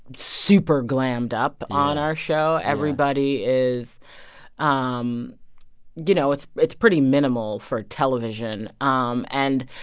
super glammed up on our show. everybody is um you know, it's it's pretty minimal for television. um and,